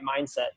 mindset